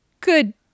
good